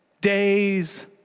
days